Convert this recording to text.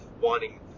wanting